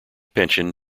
pension